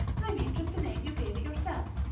i mean just a name you gave it yourself.